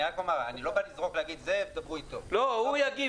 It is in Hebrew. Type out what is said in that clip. הוא יגיב